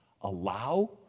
Allow